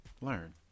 learn